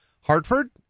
Hartford